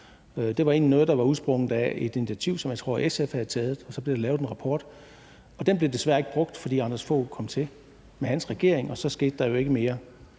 Det var egentlig noget, der var udsprunget af et initiativ, som jeg tror at SF havde taget, og så blev der lavet en rapport, og den blev desværre ikke brugt, fordi Anders Fogh Rasmussen kom til med sin regering, og så skete der jo ikke mere;